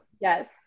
Yes